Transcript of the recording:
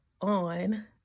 on